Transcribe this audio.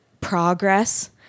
progress